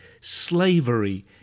slavery